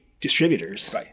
distributors